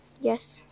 Yes